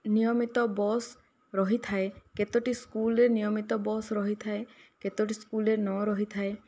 ନିୟମିତ ବସ୍ ରହିଥାଏ କେତୋଟି ସ୍କୁଲରେ ନିୟମିତ ବସ୍ ରହିଥାଏ କେତୋଟି ସ୍କୁଲରେ ନ ରହିଥାଏ